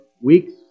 weeks